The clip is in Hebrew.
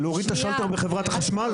להוריד את השלטר בחברת החשמל?